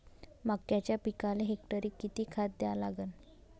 मक्याच्या पिकाले हेक्टरी किती खात द्या लागन?